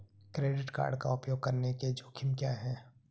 Credit card का उपयोग करने के जोखिम क्या हैं?